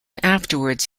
afterwards